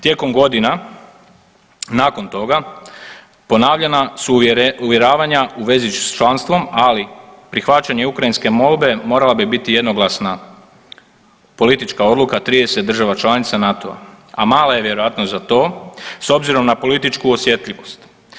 Tijekom godina, nakon toga ponavljana su uvjeravanja u vezi s članstvom, ali prihvaćanje ukrajinske molbe morala bi biti jednoglasna politička odluka 30 država članica NATO-a, a mala je vjerojatnost za to s obzirom na političku osjetljivost.